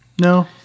No